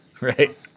right